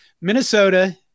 Minnesota